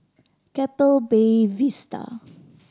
Keppel Bay Vista